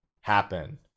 happen